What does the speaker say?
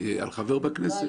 על חבר בכנסת,